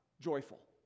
joyful